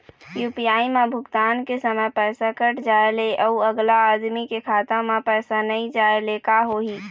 UPI म भुगतान के समय पैसा कट जाय ले, अउ अगला आदमी के खाता म पैसा नई जाय ले का होही?